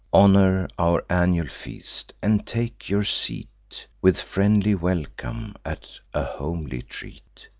honor our annual feast and take your seat, with friendly welcome, at a homely treat.